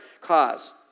cause